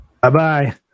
Bye-bye